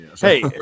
Hey